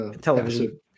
television